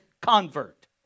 convert